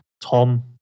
Tom